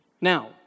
Now